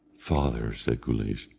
father, said guleesh,